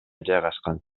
жайгашкан